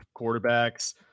quarterbacks